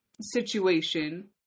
situation